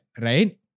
Right